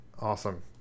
Awesome